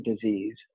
disease